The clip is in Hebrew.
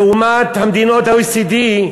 לעומת מדינות ה-OECD,